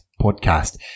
podcast